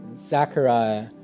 Zechariah